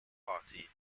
party